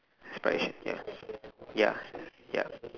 aspiration ya ya ya